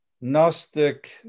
Gnostic